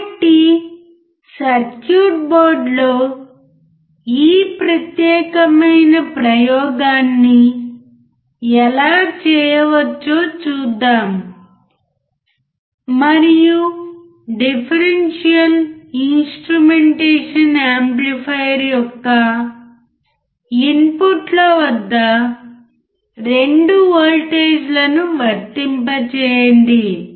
కాబట్టి సర్క్యూట్ బోర్డ్లో ఈ ప్రత్యేకమైన ప్రయోగాన్ని ఎలా చేయవచ్చో చూద్దాం మరియు డిఫరెన్షియల్ ఇన్స్ట్రుమెంటేషన్ యాంప్లిఫైయర్ యొక్క ఇన్పుట్ల వద్ద 2 వోల్టేజ్లను వర్తింప చేయండి